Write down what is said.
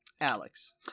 Alex